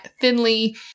thinly